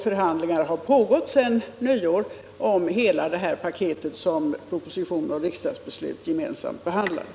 Förhandlingar har pågått sedan nyår om hela det paket som propositionen och riksdagsbeslutet gemensamt behandlat.